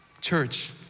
Church